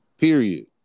Period